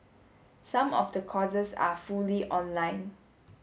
some of the courses are fully online